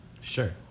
Sure